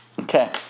Okay